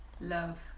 love